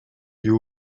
you